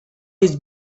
his